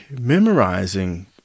memorizing